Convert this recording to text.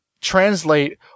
translate